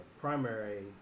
primary